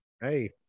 hey